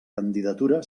candidatura